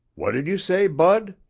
what did you say, bud?